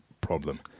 problem